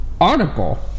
article